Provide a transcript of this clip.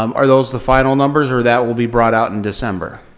um are those the final numbers or that will be brought out in december?